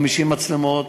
50 מצלמות,